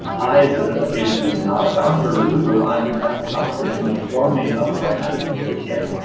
i, as a patient who's not a doctor, really rely on a medical doctor to inform me about when i need care.